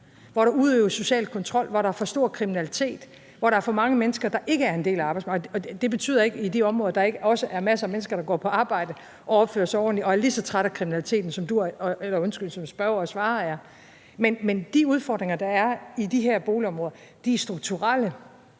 at der udøves social kontrol; at der er for stor kriminalitet; at der er for mange mennesker, der ikke er en del af arbejdsmarkedet. Det betyder ikke, at der ikke også i de områder er masser af mennesker, der går på arbejde og opfører sig ordentligt og er lige så trætte af kriminaliteten, som spørger og svarer er. Men de udfordringer, der er i de her boligområder, er strukturelle.